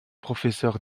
professeur